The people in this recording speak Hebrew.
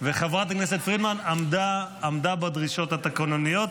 וחברת הכנסת פרידמן עמדה בדרישות התקנוניות.